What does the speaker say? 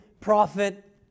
prophet